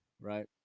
right